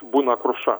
būna kruša